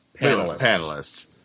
panelists